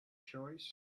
choice